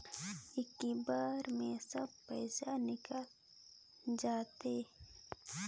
इक्की बार मे सब पइसा निकल जाते?